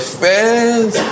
fans